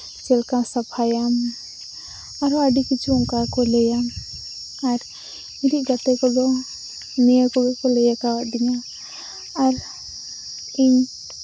ᱪᱮᱫᱞᱮᱠᱟ ᱥᱟᱯᱷᱟᱭᱟᱢ ᱟᱨᱦᱚᱸ ᱟᱹᱰᱤ ᱠᱤᱪᱷᱩ ᱚᱝᱠᱟ ᱜᱮᱠᱚ ᱞᱟᱹᱭᱟ ᱟᱨ ᱤᱧᱤᱡ ᱜᱟᱛᱮ ᱠᱚᱫᱚ ᱱᱤᱭᱟᱹ ᱠᱚᱜᱮ ᱞᱟᱹᱭᱟᱠᱟᱣᱫᱤᱧᱟᱹ ᱟᱨ ᱤᱧ